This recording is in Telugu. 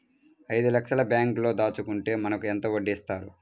ఐదు లక్షల బ్యాంక్లో దాచుకుంటే మనకు ఎంత వడ్డీ ఇస్తారు?